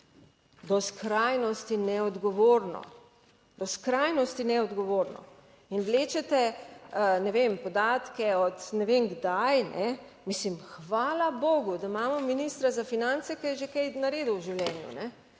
Do skrajnosti neodgovorno, do skrajnosti neodgovorno. In vlečete, ne vem, podatke od ne vem kdaj. Mislim, hvala bogu, da imamo ministra za finance, ki je že kaj naredil v življenju.